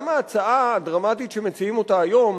גם ההצעה הדרמטית שמציעים היום,